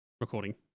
recording